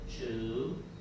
two